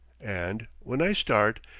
and, when i start,